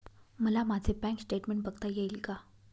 मला माझे bank statement बघता येईल का?